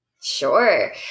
Sure